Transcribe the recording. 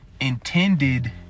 intended